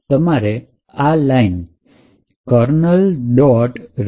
તમારે આ ફાઈલમાં લાઇન kernel